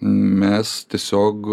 mes tiesiog